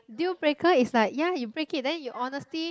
deal breaker it's like ya you break it then your honesty